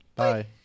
Bye